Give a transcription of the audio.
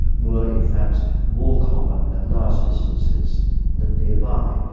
were in fact more common at large distances than nearby.